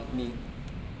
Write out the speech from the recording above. mm